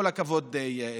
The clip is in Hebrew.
כל הכבוד להם.